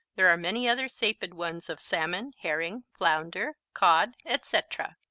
there are many other sapid ones of salmon, herring, flounder, cod, etc.